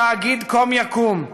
התאגיד קום יקום,